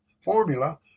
formula